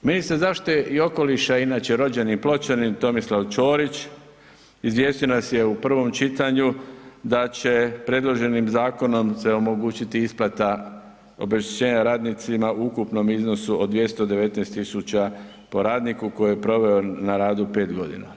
Ministar zaštite i okoliša inače rođeni Pločanin, Tomislav Ćorić izvijestio nas je u prvom čitanju da će predloženim zakonom se omogućiti isplata obeštećenja radnicima u ukupnom iznosu od 219.000 po radniku koji je proveo na radu 5 godina.